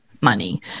money